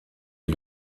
est